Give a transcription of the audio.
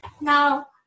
Now